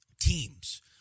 teams